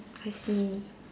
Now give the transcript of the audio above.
I see